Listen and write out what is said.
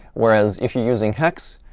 whereas if you're using hex,